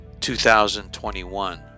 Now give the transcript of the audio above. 2021